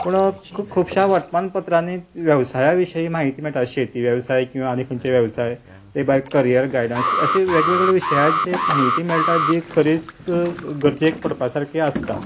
पूण खुबश्या वर्तमानपत्रांनी वेवसाया विशीं म्हायती मेळटा शेती वेवसाय किंवां आनी खंयचे वेवसाय तें भायर करियर गायडन्स अशें वेगवेगळे विशयांचेर म्हायती मेळटा जी खरीच गरजेक पडपा सारकी आसता